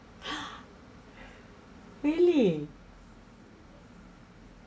!huh! really